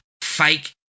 fake